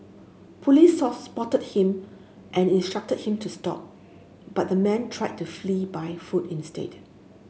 police saw spotted him and instructed him to stop but the man tried to flee by foot instead